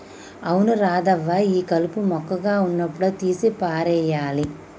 అవును రాధవ్వ ఈ కలుపు మొక్కగా ఉన్నప్పుడే తీసి పారేయాలి